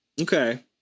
Okay